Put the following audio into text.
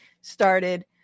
started